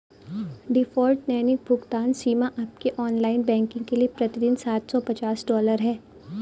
default दैनिक भुगतान सीमा आपके ऑनलाइन बैंकिंग के लिए प्रति दिन सात सौ पचास डॉलर है